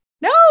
No